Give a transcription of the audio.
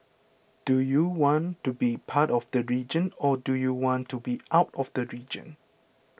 do you want to be part of the region or do you want to be out of the region